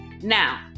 now